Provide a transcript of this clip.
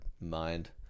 mind